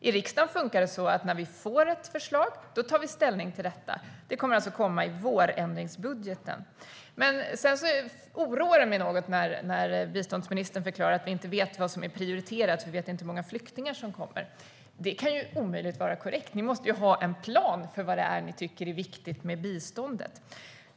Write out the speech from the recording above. I riksdagen funkar det så att när vi får ett förslag tar vi ställning till det. Det kommer alltså att komma i vårändringsbudgeten. Det oroar mig något när biståndsministern förklarar att man inte vet vad som är prioriterat, eftersom man inte vet hur många flyktingar som kommer. Det kan omöjligt vara korrekt. Ni måste ju ha ett plan för vad det är ni tycker är viktigt med biståndet.